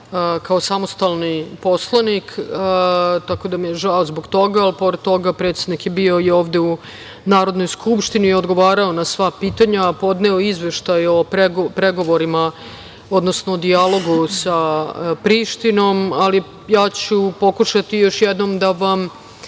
kao samostalni poslanik, tako da mi je žao zbog toga, ali pored toga predsednik je bio i ovde u Narodnoj skupštini i odgovarao na sva pitanja, podneo Izveštaj o pregovorima, odnosno dijalogu sa Prištinom, ali ja ću pokušati još jednom da vam